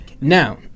Now